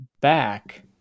back